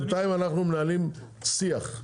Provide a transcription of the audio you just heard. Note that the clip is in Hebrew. בינתיים אנחנו מנהלים שיח.